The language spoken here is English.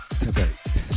today